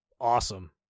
awesome